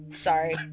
Sorry